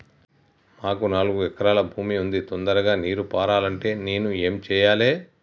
మాకు నాలుగు ఎకరాల భూమి ఉంది, తొందరగా నీరు పారాలంటే నేను ఏం చెయ్యాలే?